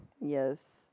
Yes